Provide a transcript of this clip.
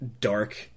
dark